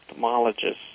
ophthalmologist